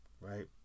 right